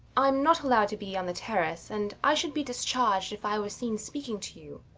i'm not allowed to be on the terrace and i should be discharged if i were seen speaking to you,